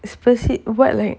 explicit what like